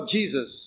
Jesus